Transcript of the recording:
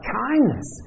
kindness